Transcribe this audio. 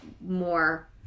more